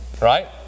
right